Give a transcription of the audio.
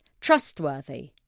trustworthy